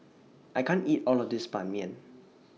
I can't eat All of This Ban Mian